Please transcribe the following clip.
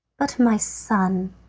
but, my son,